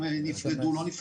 אם נפרדו או לא נפרדו,